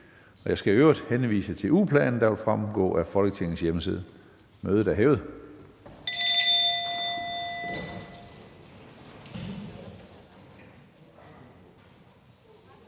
Jeg skal i øvrigt henvise til den ugeplan, der vil fremgå af Folketingets hjemmeside. Mødet er hævet.